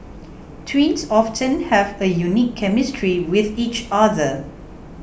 twins often have a unique chemistry with each other